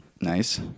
Nice